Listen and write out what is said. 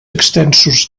extensos